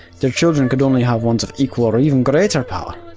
their children could only have ones of equal or even greater power.